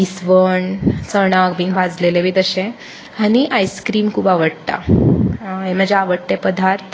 इस्वण चणाक बीन भाजलेलें बी तशें आनी आयस्क्रीम खूब आवडटा हे म्हाजे आवडटे पदार्थ